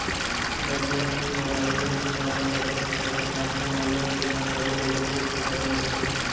net banking, mobile banking म अपन बचत खाता के साथे म लोन के जानकारी घलोक देख सकत हे मनसे ह